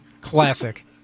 Classic